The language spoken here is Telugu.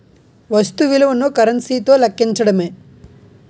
వస్తు విలువను కరెన్సీ తో లెక్కించడమే